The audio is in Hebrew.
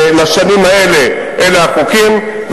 לשנים האלה אלה החוקים.